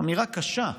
אמירה קשה.